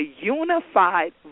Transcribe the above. unified